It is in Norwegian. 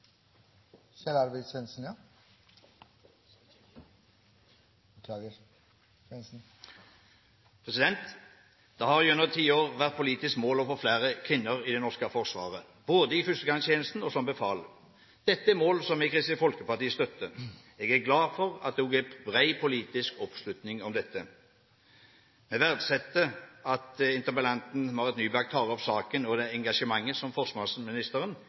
Det har gjennom tiår vært et politisk mål å få flere kvinner i det norske forsvaret, både i førstegangstjenesten og som befal. Dette er mål som Kristelig Folkeparti støtter. Jeg er glad for at det også er bred politisk oppslutning om dette. Vi verdsetter at interpellanten, Marit Nybakk, tar opp saken og det engasjementet som forsvarsministeren